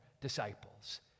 disciples